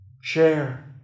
share